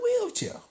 wheelchair